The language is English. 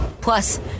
Plus